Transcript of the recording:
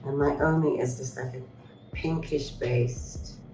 miomi is just like a pinkish based.